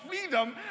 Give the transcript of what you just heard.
freedom